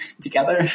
together